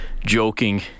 joking